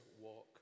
walk